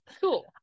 cool